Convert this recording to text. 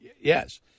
Yes